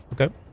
Okay